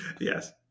Yes